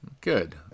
Good